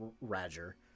Roger